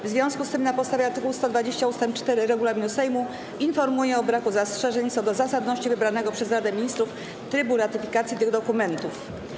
W związku z tym, na podstawie art. 120 ust. 4 regulaminu Sejmu, informuję o braku zastrzeżeń co do zasadności wybranego przez Radę Ministrów trybu ratyfikacji tych dokumentów.